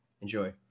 Enjoy